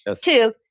Two